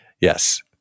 Yes